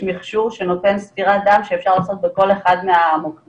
יש מכשור שנותן ספירת דם שאפשר לעשות בכל אחד מהמוקדים,